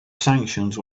sanctions